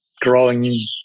growing